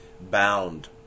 bound